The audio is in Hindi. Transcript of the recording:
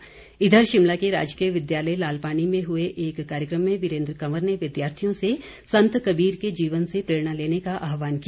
वीरेन्द्र कंवर इधर शिमला के राजकीय विद्यालय लालपानी में हुए एक कार्यक्रम में वीरेन्द्र कंवर ने विद्यार्थियों से संत कबीर के जीवन से प्रेरणा लेने का आहवान किया